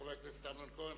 חבר הכנסת אמנון כהן,